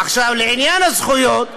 עכשיו, לעניין הזכויות,